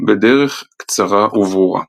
בדרך קצרה וברורה.